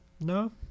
No